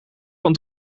van